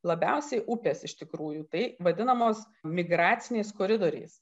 labiausiai upės iš tikrųjų tai vadinamos migraciniais koridoriais